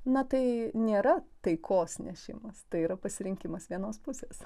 na tai nėra taikos nešimas tai yra pasirinkimas vienos pusės